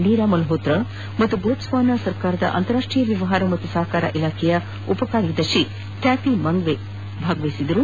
ನೀರಾ ಮಲ್ಲೋತ್ರಾ ಹಾಗೂ ಬೋಟ್ಸ್ವಾನಾ ಸರ್ಕಾರದ ಅಂತಾರಾಷ್ಟೀಯ ವ್ಯವಹಾರ ಮತ್ತು ಸಹಕಾರ ಇಲಾಖೆಯ ಉಪ ಕಾರ್ಯದರ್ಶಿ ಟ್ಯಾಪಿ ಮಾಂಗ್ವೆ ಪ್ರತಿನಿಧಿಸಿದ್ದರು